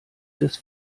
des